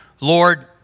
Lord